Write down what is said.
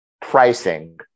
pricing